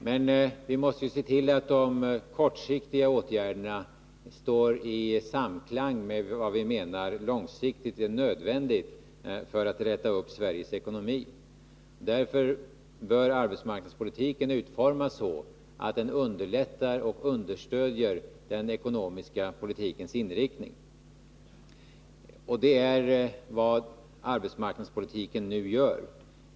Vi måste emellertid se till att de kortsiktiga å rderna står i samklang med det vi menar långsiktigt är nödvändigt för att rätta upp Sveriges ekonomi. Därför bör arbetsmarknadspolitiken utformas så, att den underlättar och understödjer den ekonomiska politikens inriktning. Det är vad arbetsmarknadspolitiken nu gör.